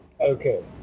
Okay